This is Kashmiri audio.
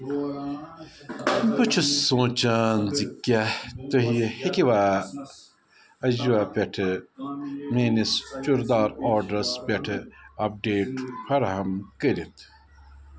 بہٕ چھُس سونٛچان زِ کیٛاہ تُہۍ ہیٚکوا اَجوا پٮ۪ٹھٕ میٛٲنِس چُردار آرڈرس پٮ۪ٹھٕ اَپڈیٹ فرہم کٔرِتھ